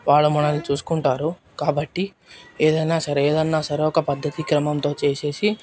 వాళ్లు మనల్ని చూసుకుంటారు కాబట్టి ఏదైనా సరే ఏదైనా సరే ఒక పద్ధతి క్రమంతో చేసేసి